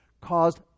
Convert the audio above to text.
caused